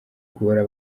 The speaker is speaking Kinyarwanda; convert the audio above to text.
guhora